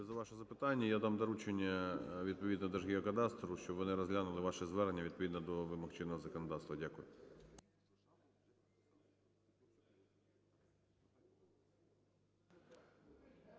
Дякую за ваше запитання. Я дам доручення відповідно Держгеокадастру, щоб вони розглянули ваше звернення відповідно до вимог чинного законодавства. Дякую.